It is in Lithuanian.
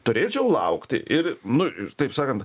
turėčiau laukti ir nu ir taip sakant